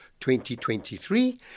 2023